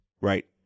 Right